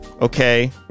okay